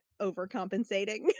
overcompensating